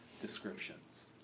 descriptions